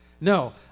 No